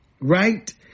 right